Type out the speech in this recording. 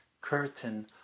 curtain